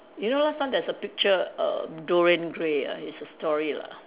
you know last time there's a picture of Dorian Gray ah it's a story lah